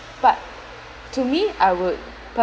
but to me I would